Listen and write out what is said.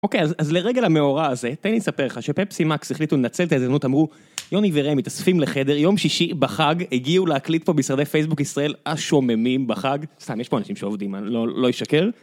אוקיי, אז לרגע למאורע הזה, תן לי לספר לך שפפסי מקס החליטו לנצל את ההזדמנות, אמרו יוני ורמי מתאספים לחדר יום שישי בחג, הגיעו להקליט פה במשרדי פייסבוק ישראל השוממים בחג, סתם יש פה אנשים שעובדים, אני לא אשקר.